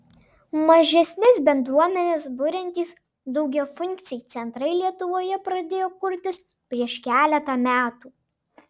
mažesnes bendruomenes buriantys daugiafunkciai centrai lietuvoje pradėjo kurtis prieš keletą metų